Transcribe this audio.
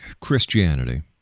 Christianity